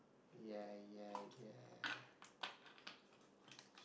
ya ya ya